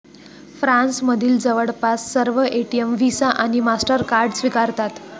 फ्रान्समधील जवळपास सर्व एटीएम व्हिसा आणि मास्टरकार्ड स्वीकारतात